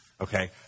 Okay